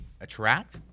attract